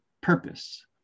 purpose